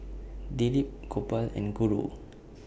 Dilip Gopal and Guru